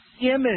image